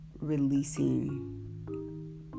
releasing